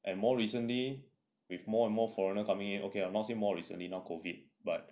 and more recently with more and more foreigners coming here okay not say more recently now COVID but